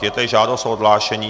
Je tady žádost o odhlášení.